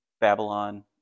Babylon